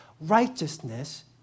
righteousness